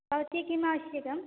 भवत्यै किम् आवश्यकम्